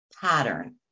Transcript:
pattern